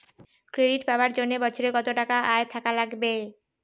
Credit পাবার জন্যে বছরে কত টাকা আয় থাকা লাগবে?